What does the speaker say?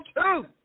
two